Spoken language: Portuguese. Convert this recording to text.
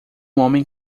homem